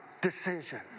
decision